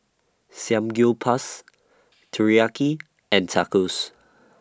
Samgyeopsal Teriyaki and Tacos